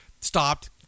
stopped